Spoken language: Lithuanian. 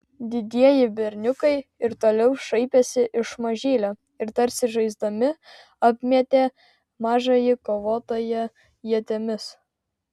didieji berniukai ir toliau šaipėsi iš mažylio ir tarsi žaisdami apmėtė mažąjį kovotoją ietimis